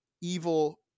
evil